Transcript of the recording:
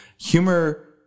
Humor